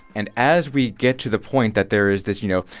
and as we get to the point that there is this, you know,